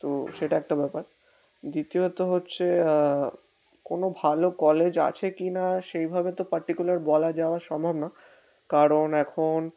তো সেটা একটা ব্যাপার দ্বিতীয়ত হচ্ছে কোনো ভালো কলেজ আছে কি না সেইভাবে তো পার্টিকুলার বলা যাওয়া সম্ভব না কারণ এখন